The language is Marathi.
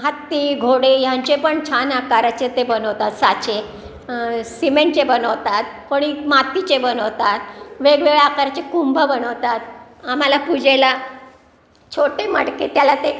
हत्ती घोडे ह्यांचे पण छान आकाराचे ते बनवतात साचे सिमेंटचे बनवतात कोणी मातीचे बनवतात वेगवेगळ्या आकाराचे कुंभ बनवतात आम्हाला पुजेला छोटे मडके त्याला ते